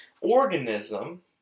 organism